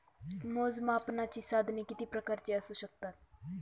मोजमापनाची साधने किती प्रकारची असू शकतात?